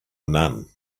none